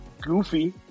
goofy